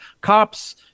cops